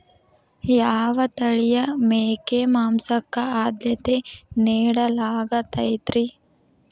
ಯಾವ ತಳಿಯ ಮೇಕೆ ಮಾಂಸಕ್ಕ, ಆದ್ಯತೆ ನೇಡಲಾಗತೈತ್ರಿ?